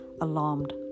alarmed